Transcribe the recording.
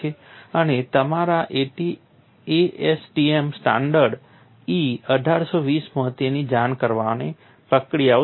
અને તમારા ASTM standard E1820 માં તેની જાણ કરવાની પ્રક્રિયાઓ શામેલ છે